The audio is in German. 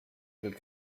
will